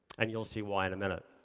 and you'll see why in a minute.